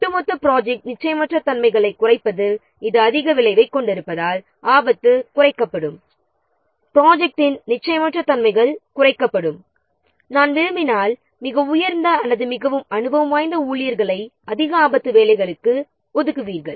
ஒட்டுமொத்த ப்ராஜெக்ட்டின் நிச்சயமற்ற தன்மைகளைக் குறைப்பதில் இது அதிக விளைவைக் கொண்டிருப்பதால் ஆபத்து குறைக்கப்படும் ப்ராஜெக்ட்டின் நிச்சயமற்ற தன்மைகள் குறைக்கப்படும் நாம் விரும்பினால் மிக உயர்ந்த அல்லது மிகவும் அனுபவம் வாய்ந்த ஊழியர்களை அதிக ஆபத்து வேலைக்கு ஒதுக்க வேண்டும்